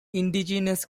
indigenous